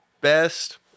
best